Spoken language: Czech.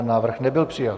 Návrh nebyl přijat.